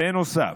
בנוסף,